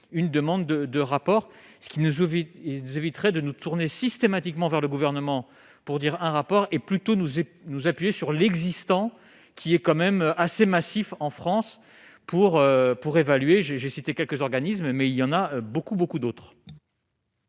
une demande de de rapport, ce qui ne joue vite ils éviteraient de nous tourner systématiquement vers le gouvernement pour dire un rapport est plutôt nous aider nous appuyer sur l'existant qui est quand même assez massif en France pour pour évaluer j'ai j'ai cité quelques organismes mais il y en a beaucoup, beaucoup